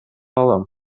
алам